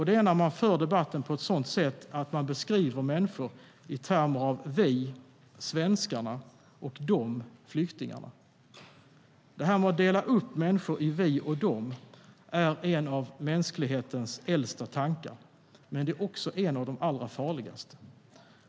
Det är när man för debatten på ett sådant sätt att man beskriver människor i termer av "vi", svenskarna, och "de", flyktingarna. Detta att dela upp människor i "vi" och "de" är en av mänsklighetens äldsta tankar, men det är också en av de allra farligaste.